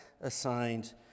assigned